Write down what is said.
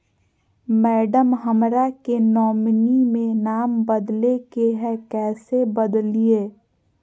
madam, हमरा के nominee में नाम बदले के हैं, कैसे बदलिए